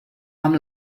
amb